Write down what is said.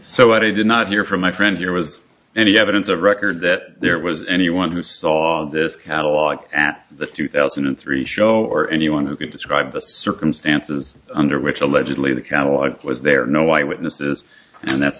so i did not hear from my friend here was any evidence of record that there was anyone who saw this catalogue at the two thousand and three show or anyone who can describe the circumstances under which allegedly the catalogue was there are no witnesses and that's